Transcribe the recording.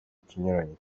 ikinyuranyo